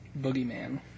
boogeyman